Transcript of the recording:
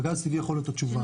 הגז הטבעי יכול להיות התשובה.